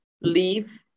leave